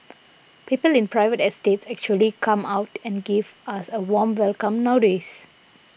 people in private estates actually come out and give us a warm welcome nowadays